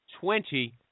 Twenty